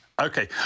Okay